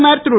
பிரதமர் திரு